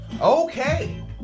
Okay